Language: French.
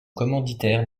commanditaire